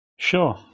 Sure